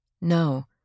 No